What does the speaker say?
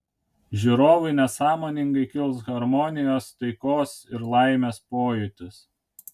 žiūrovui nesąmoningai kils harmonijos taikos ir laimės pojūtis